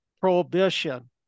prohibition